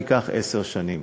תיקח עשר שנים.